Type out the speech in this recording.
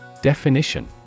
Definition